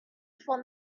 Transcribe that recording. for